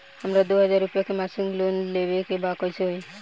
हमरा दो हज़ार रुपया के मासिक लोन लेवे के बा कइसे होई?